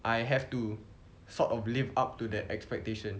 I have to sort of live up to the expectation